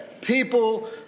people